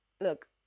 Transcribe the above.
look